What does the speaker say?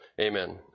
Amen